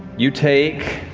you take